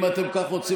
אם אתם כל כך רוצים,